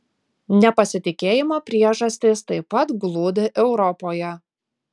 nepasitikėjimo priežastys taip pat glūdi europoje